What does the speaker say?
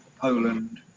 Poland